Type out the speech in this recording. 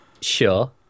Sure